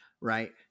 Right